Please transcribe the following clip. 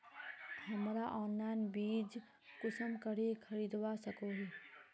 हमरा ऑनलाइन बीज कुंसम करे खरीदवा सको ही?